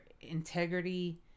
integrity